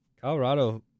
Colorado